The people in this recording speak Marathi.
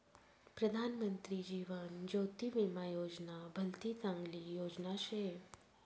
प्रधानमंत्री जीवन ज्योती विमा योजना भलती चांगली योजना शे